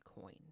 coin